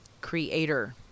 creator